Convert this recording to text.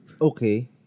Okay